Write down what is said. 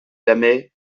jamais